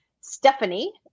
Stephanie